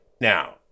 Now